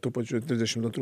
tų pačių trisdešimt antrų